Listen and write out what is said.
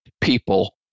people